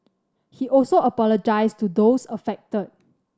he also apologised to those affected